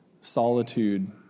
solitude